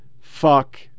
fuck